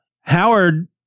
Howard